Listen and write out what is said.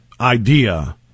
idea